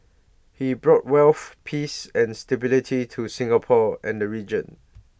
he brought wealth peace and stability to Singapore and the region